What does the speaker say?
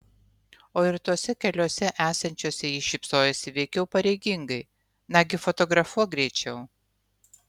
o ir tose keliose esančiose ji šypsojosi veikiau pareigingai nagi fotografuok greičiau